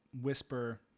whisper